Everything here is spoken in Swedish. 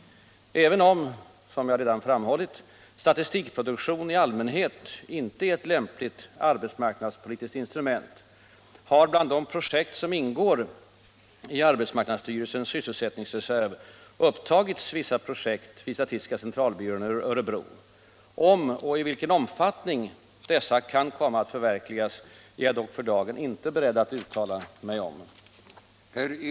Även om — som jag redan framhållit — sta 15 tistikproduktion i allmänhet inte är ett lämpligt arbetsmarknadspolitiskt instrument, har bland de projekt som ingår i arbetsmarknadsstyrelsens sysselsättningsreserv upptagits vissa projekt vid statistiska centralbyrån i Örebro. Om och i vilken omfattning dessa kan komma att förverkligas, är jag dock för dagen inte beredd att uttala mig om.